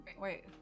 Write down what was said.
Wait